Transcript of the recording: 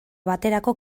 baterako